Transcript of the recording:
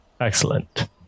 Excellent